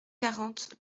quarante